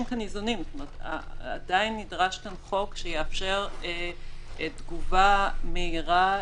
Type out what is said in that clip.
עדיין נדרש כאן חוק שיאפשר תגובה מהירה